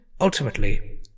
ultimately